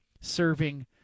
serving